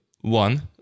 one